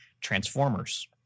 Transformers